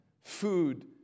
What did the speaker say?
food